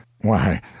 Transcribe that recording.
Why